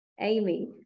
Amy